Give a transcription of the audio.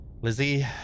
Lizzie